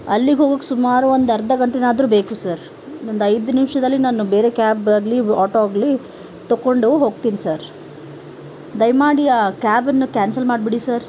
ಅಲ್ಲಿಗೆ ಹೋಗಕ್ಕೆ ಸುಮಾರು ಒಂದು ಅರ್ಧ ಗಂಟೇನಾದರೂ ಬೇಕು ಸರ್ ಇನ್ನೊಂದು ಐದು ನಿಮಿಷದಲ್ಲಿ ನಾನು ಬೇರೆ ಕ್ಯಾಬ್ ಆಗಲಿ ಆಟೋ ಆಗಲಿ ತೊಕೊಂಡು ಹೋಗ್ತೀನಿ ಸರ್ ದಯಾಮಾಡಿ ಆ ಕ್ಯಾಬನ್ನು ಕ್ಯಾನ್ಸಲ್ ಮಾಡಿಬಿಡಿ ಸರ್